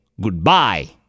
goodbye